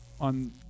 on